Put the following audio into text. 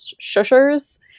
shushers